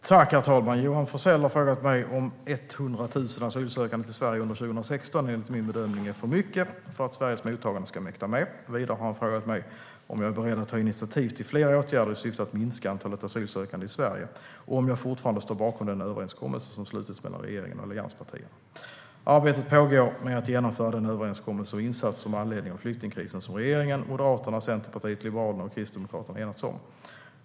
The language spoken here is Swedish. Herr talman! Johan Forssell har frågat mig om 100 000 asylsökande till Sverige under 2016 enligt min bedömning är för mycket för att Sveriges mottagande ska mäkta med. Vidare har han frågat mig om jag är beredd att ta initiativ till fler åtgärder i syfte att minska antalet asylsökande i Sverige och om jag fortfarande står bakom den överenskommelse som slutits mellan regeringen och allianspartierna. Arbetet pågår med att genomföra den överenskommelse om insatser med anledning av flyktingkrisen som regeringen, Moderaterna, Centerpartiet, Liberalerna och Kristdemokraterna enats om.